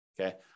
Okay